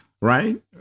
right